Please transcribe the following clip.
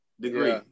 degree